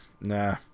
Nah